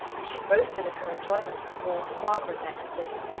she boasted of her enjoyment of the ball to barbara next day,